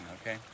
Okay